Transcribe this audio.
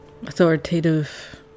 Authoritative